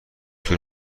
طول